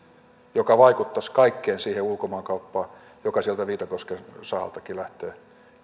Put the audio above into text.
mikä vaikuttaisi kaikkeen siihen ulkomaankauppaan joka sieltä viitakosken sahaltakin lähtee